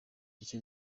icyo